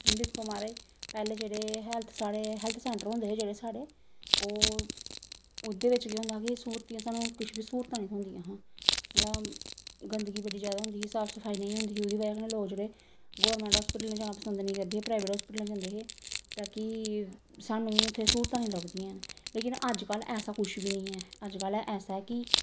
दिक्खो म्हाराज पैह्लें जेह्ड़े हेल्थ साढ़े हेल्थ सेंटर होंदे हे जेह्ड़े साढ़े ओह् ओह्दे बिच केह् होंदा कि स्हूलतियां सानूं किश बी स्हूलतां निं थ्होंदियां हियां मतलब गंदगी बड़ी जादा होंदी ही साफ सफाई नेईं होंदी ही ओह्दी बजह् कन्नै लोक जेह्ड़े गौरमेंट हॉस्पिटल जाना पसंद निं करदे हे प्राइवेट हॉस्पिटलें जंदे हे ताकि सानूं उ'त्थें स्हूलतां निं लभदियां लेकिन अज्जकल ऐसा कुछ बी निं ऐ अज्जकल ऐसा ऐ कि